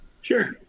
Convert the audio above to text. sure